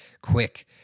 quick